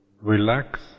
Relax